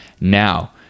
Now